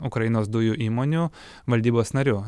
ukrainos dujų įmonių valdybos nariu